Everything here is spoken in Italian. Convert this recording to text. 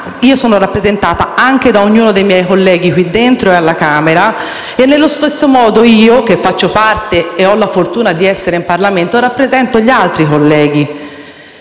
Io sono rappresentata anche da ognuno dei miei collegi qui dentro e alla Camera e, allo stesso modo, io, che ho la fortuna di essere in Parlamento, rappresento gli altri colleghi.